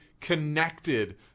connected